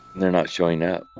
they're not showing up.